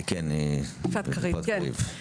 יפעת קריב.